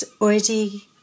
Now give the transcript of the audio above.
already